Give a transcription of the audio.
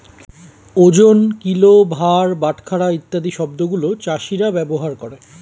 ওজন, কিলো, ভার, বাটখারা ইত্যাদি শব্দ গুলো চাষীরা ব্যবহার করে